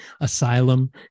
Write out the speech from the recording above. Asylum